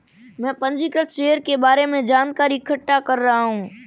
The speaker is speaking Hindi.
मैं पंजीकृत शेयर के बारे में जानकारी इकट्ठा कर रहा हूँ